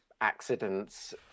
accidents